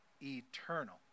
eternal